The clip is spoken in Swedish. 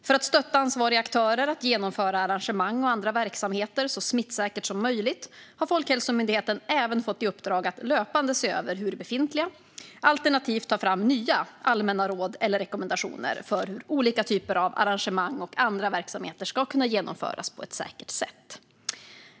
För att stötta ansvariga aktörer att genomföra arrangemang och andra verksamheter så smittsäkert som möjligt har Folkhälsomyndigheten även fått i uppdrag att löpande se över befintliga, alternativt ta fram nya, allmänna råd eller rekommendationer för hur olika typer av arrangemang och andra verksamheter ska kunna genomföras på ett säkert sätt.